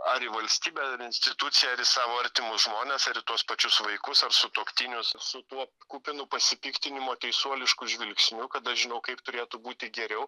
ar į valstybę instituciją ar savo artimus žmones ar į tuos pačius vaikus ar sutuoktinius su tuo kupinu pasipiktinimo teisuolišku žvilgsniu kad aš žinau kaip turėtų būti geriau